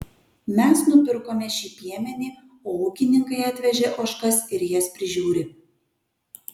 mes nupirkome šį piemenį o ūkininkai atvežė ožkas ir jas prižiūri